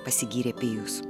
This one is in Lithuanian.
pasigyrė pijus